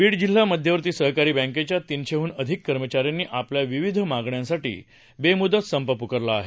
बीड जिल्हा मध्यवर्ती सहकारी बॅकेच्या तीनशेहून अधिक कर्मचाऱ्यांनी आपल्या विविध मागण्यांसाठी बेमुदत संप पुकारला आहे